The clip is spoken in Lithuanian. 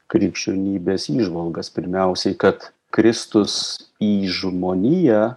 krikščionybės įžvalgas pirmiausiai kad kristus į žmoniją